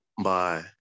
Bye